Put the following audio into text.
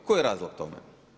Koji je razlog tome?